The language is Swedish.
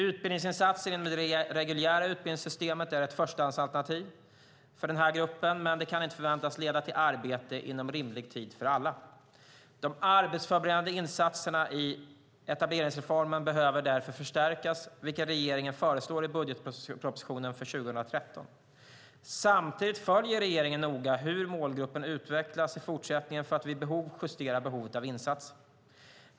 Utbildningsinsatser inom det reguljära utbildningssystemet är ett förstahandsalternativ för denna grupp men kan inte förväntas leda till arbete inom rimlig tid för alla. De arbetsförberedande insatserna i etableringsreformen behöver därför förstärkas, vilket regeringen föreslår i budgetpropositionen för 2013. Samtidigt följer regeringen noga hur målgruppen utvecklas i fortsättningen för att vid behov justera utbudet av insatser.